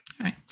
right